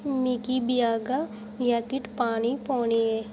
मिगी भ्यागा जैकेट पानी पौनी ऐ